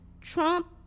Trump